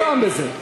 מה הטעם בזה?